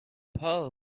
pearl